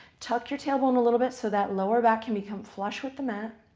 tuck your tailbone a little bit so that lower back can become flush with the mat.